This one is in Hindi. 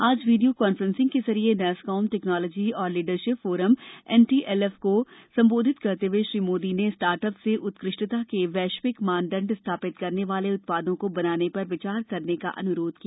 आज वीडियो कांफ्रेंसिंग के जरिए नैसकॉम टैक्नोलोजी और लीडरशिप फोरम एनटीएलएफ को संबोधित करते हए श्री मोदी ने स्टार्टअप से उत्कृष्टता के वैश्विक मानदंड स्थापित करने वाले उत्पादों को बनाने पर विचार करने का अन्रोध किया